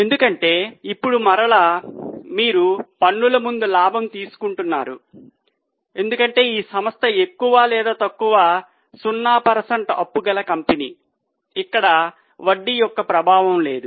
ఎందుకంటే ఇప్పుడు మీరు పన్నుల ముందు లాభం తీసుకుంటున్నారు ఎందుకంటే ఈ సంస్థ ఎక్కువ లేదా తక్కువ 0 అప్పుకల కంపెనీ ఇక్కడ వడ్డీ యొక్క ప్రభావం లేదు